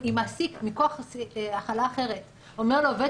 אם מעסיק מכוח החלה אחרת אומר לעובד